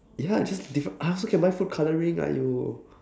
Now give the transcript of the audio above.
ya it's just different I also can buy food colouring !aiyo!